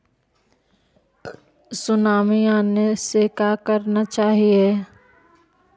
Tsunami आने से का करना चाहिए?